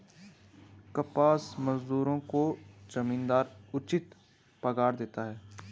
कपास मजदूरों को जमींदार उचित पगार देते हैं